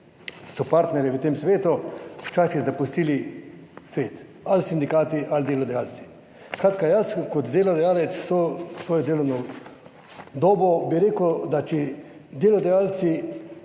so partnerji v tem svetu včasih zapustili svet, ali sindikati ali delodajalci. Skratka jaz kot delodajalec vso svojo delovno dobo, bi rekel, da če delodajalci